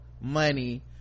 money